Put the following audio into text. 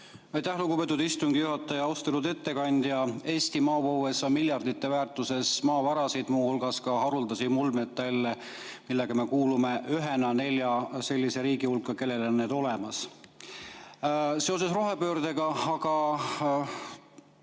lugupeetud istungi juhataja! Austatud ettekandja! Eesti maapõues on miljardite väärtuses maavarasid, muu hulgas ka haruldasi muldmetalle. Me kuulume ühena nelja sellise riigi hulka, kellel on need olemas. Seoses rohepöördega aga